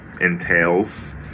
entails